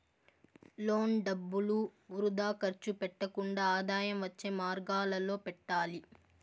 loan డబ్బులు వృథా ఖర్చు పెట్టకుండా ఆదాయం వచ్చే మార్గాలలో పెట్టాలి